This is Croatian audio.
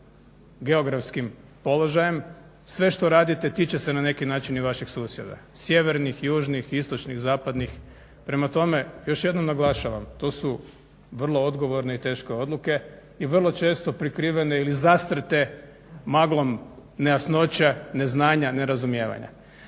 geografskim položajem, sve što radite tiče se na neki način i vaših susjeda, sjevernih, južnih, istočnih, zapadnih. Prema tome, još jednom naglašavam to su vrlo odgovorne i teške odluke i vrlo često prikrivene ili zastrte maglom nejasnoća, neznanja, nerazumijevanja.